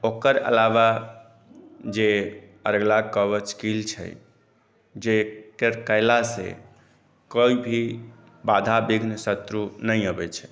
ओकर अलावा जे छै जे कर कयला से कोइ भी बाधा विघ्न शत्रु नहि अबै छै